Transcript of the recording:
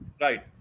right